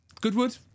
Goodwood